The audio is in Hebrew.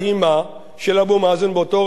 של אבו מאזן באותו ריאיון היא: